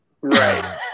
Right